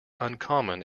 uncommon